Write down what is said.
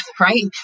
right